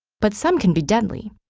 but some can be deadly.